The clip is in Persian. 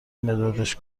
مدادش